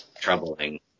troubling